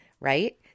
right